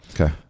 Okay